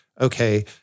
okay